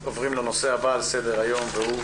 עוברים לנושא הבא על סדר היום והוא